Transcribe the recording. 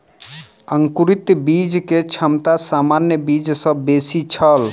अंकुरित बीज के क्षमता सामान्य बीज सॅ बेसी छल